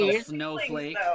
snowflake